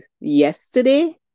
yesterday